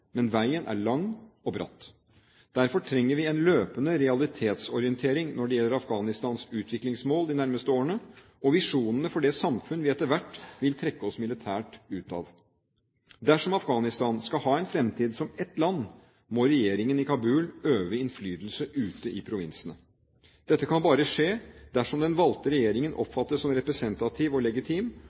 men veien er lang og bratt. Derfor trenger vi en løpende realitetsorientering når det gjelder Afghanistans utviklingsmål de nærmeste årene og visjonene for det samfunn vi etter hvert vil trekke oss militært ut av. Dersom Afghanistan skal ha en fremtid som ett land, må regjeringen i Kabul øve innflytelse ute i provinsene. Dette kan bare skje dersom den valgte regjeringen oppfattes som representativ og legitim,